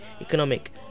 economic